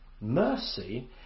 Mercy